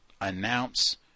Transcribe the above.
announce